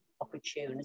opportunity